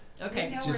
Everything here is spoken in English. Okay